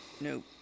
nope